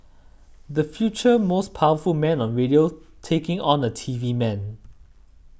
the future most powerful man on radio taking on a T V man